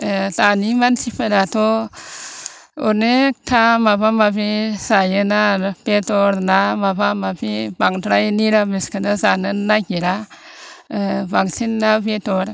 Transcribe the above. दानि मानसिफोराथ' अनेखथा माबा माबि जायोना आरो बेदर ना माबा माबि बांद्राय निरामिसखोनो जानो नागिरा बांसिन ना बेदर